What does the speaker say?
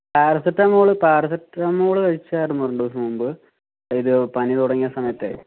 paracetamol paracetamol കഴിച്ചിരുന്നു രണ്ടു ദിവസം മുമ്പ് ഇത് പനി തുടങ്ങിയ സമയത്ത്